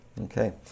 Okay